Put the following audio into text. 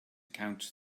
count